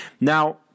Now